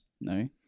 no